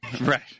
Right